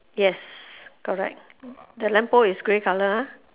yes correct the lamp pole is grey color ah